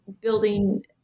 building